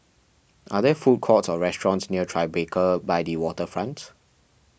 are there food courts or restaurants near Tribeca by the Waterfront